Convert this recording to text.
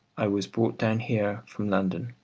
i was brought down here from london.